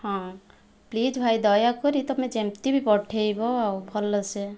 ହଁ ପ୍ଳିଜ ଭାଇ ଦୟାକରି ତୁମେ ଯେମିତି ବି ପଠାଇବ ଆଉ ଭଲସେ